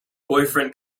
boyfriend